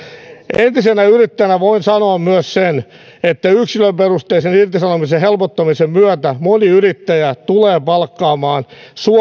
entisenä yrittäjänä voin sanoa myös sen että yksilöperusteisen irtisanomisen helpottamisen myötä moni yrittäjä tulee palkkaamaan